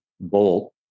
bolt